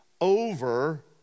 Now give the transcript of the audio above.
over